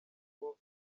niwo